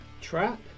trap